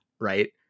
Right